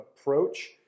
approach